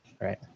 right